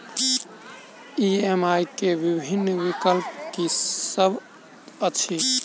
EMI केँ विभिन्न विकल्प की सब अछि